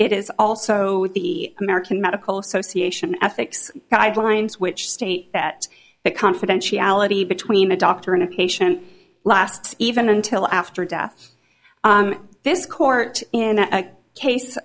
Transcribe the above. it is also the american medical association ethics guidelines which state that the confidentiality between a doctor and a patient last even until after death this court in that